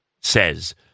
says